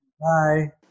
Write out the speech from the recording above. Bye